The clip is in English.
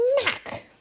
smack